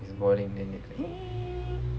is boiling then they